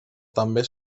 també